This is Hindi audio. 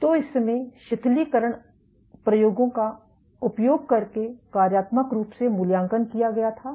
तो इसमें शिथिलीकरण प्रयोगों का उपयोग करके कार्यात्मक रूप से मूल्यांकन किया गया था